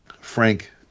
Frank